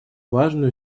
важную